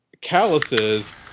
Calluses